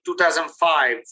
2005